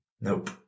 Nope